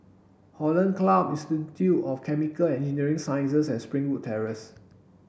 Hollandse Club Institute of Chemical and Engineering Sciences and Springwood Terrace